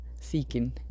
seeking